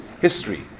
history